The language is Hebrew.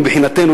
מבחינתנו,